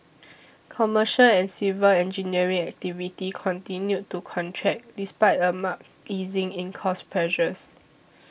commercial and civil engineering activity continued to contract despite a marked easing in cost pressures